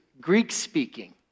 Greek-speaking